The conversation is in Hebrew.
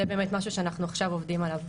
זה באמת משהו שאנחנו עכשיו עובדים עליו,